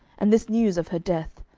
and this news of her death,